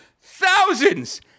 Thousands